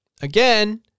again